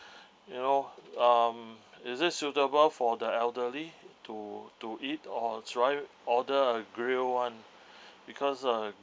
you know um is it suitable for the elderly to to eat or should I order a grill [one] because uh